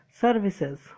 services